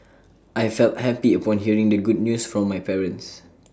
I felt happy upon hearing the good news from my parents